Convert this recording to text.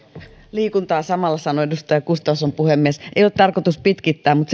liikuntaa samalla sanoi edustaja gustafsson puhemies ei ollut tarkoitus pitkittää mutta